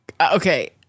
Okay